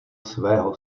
svého